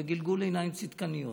זה גלגול עיניים צדקניות.